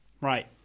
Right